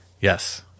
Yes